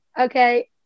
Okay